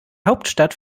hauptstadt